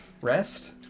rest